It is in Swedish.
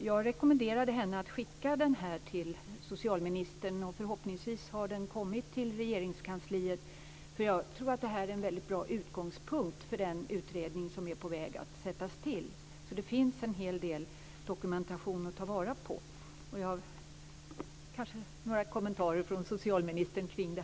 Jag rekommenderade henne att skicka uppsatsen till socialministern. Förhoppningsvis har den kommit till Regeringskansliet. Jag tror att den är en bra utgångspunkt för den utredning som är på väg att tillsättas. Det finns en hel del dokumentation att ta vara på. Jag kanske kan få några kommentarer från socialministern till det.